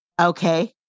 okay